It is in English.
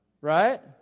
right